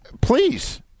please